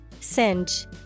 Singe